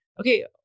okay